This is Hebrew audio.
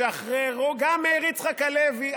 --- שחררו, גם מאיר יצחק הלוי.